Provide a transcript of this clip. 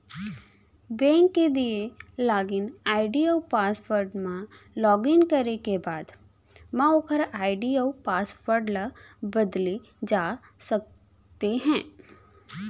bank के दिए login ID अउ पासवर्ड म लॉगिन करे के बाद म ओकर आईडी अउ पासवर्ड ल बदले जा सकते हे